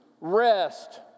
rest